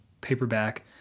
paperback